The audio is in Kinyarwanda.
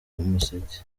umuseke